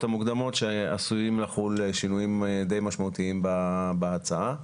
המוקדמות שעשויים לחול שינויים די משמעותיים בהצעה.